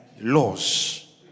laws